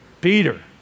Peter